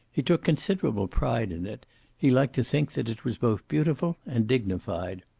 he took considerable pride in it he liked to think that it was both beautiful and dignified.